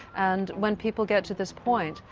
and when people get to this point,